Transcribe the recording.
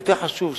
ויותר חשוב,